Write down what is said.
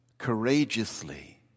courageously